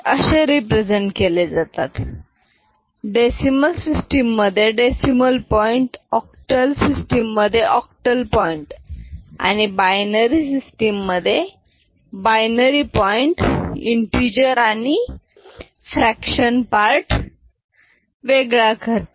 the decimal system मधे decimal point octal system मधे octal point आणि बायनरी सिस्टम मधे बायनरी पॉईंट इंटीजर आणि फ्रॅक्षण पार्ट वेगळा करतात